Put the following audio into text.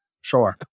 Sure